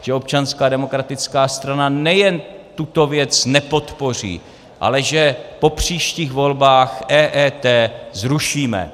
Že Občanská demokratická strana nejen že tuto věc nepodpoří, ale že po příštích volbách EET zrušíme.